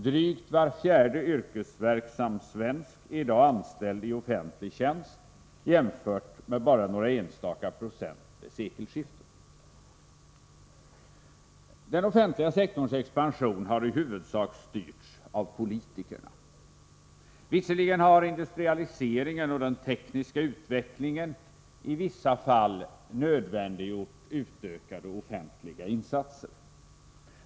Drygt var fjärde yrkesverksam svensk är i dag anställd i offentlig tjänst, jämfört med bara några enstaka procent vid sekelskiftet. Den offentliga sektorns expansion har i huvudsak styrts av politikerna. Visserligen har industrialiseringen och den tekniska utvecklingen i vissa fall nödvändiggjort utökade offentliga insatser.